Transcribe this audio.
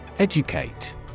Educate